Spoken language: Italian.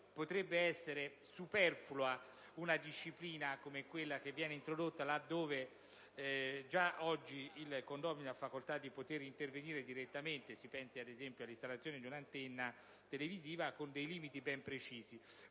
potrebbe essere superflua la disciplina che si vuole introdurre, perché già oggi il condomino ha facoltà di intervenire direttamente (si pensi, ad esempio, all'installazione di un'antenna televisiva) con dei limiti ben precisi;